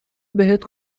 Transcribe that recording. بهت